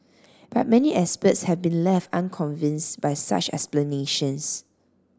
but many experts have been left unconvinced by such explanations